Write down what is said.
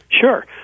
Sure